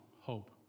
hope